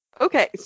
Okay